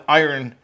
iron